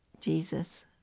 Jesus